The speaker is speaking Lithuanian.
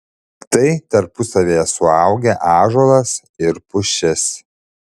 tai tarpusavyje suaugę ąžuolas ir pušis